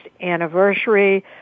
anniversary